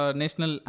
national